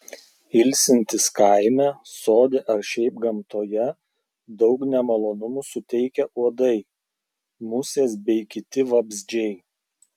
ilsintis kaime sode ar šiaip gamtoje daug nemalonumų suteikia uodai musės bei kiti vabzdžiai